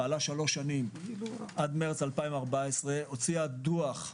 פעלה 3 שנים עד מרס 2014 והוציאה דו"ח מעולה.